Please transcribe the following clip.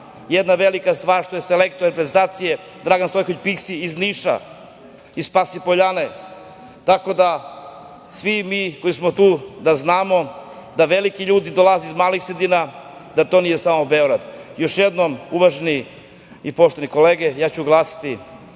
Velika je stvar što je selektor reprezentacije Dragan Stojković Piksi iz Niša, iz Pasi Poljane, tako da svi mi koji smo tu da znamo da veliki ljudi dolaze iz malih sredina, da to nije samo Beograd. Još jednom, uvažene i poštovane kolege, ja ću glasati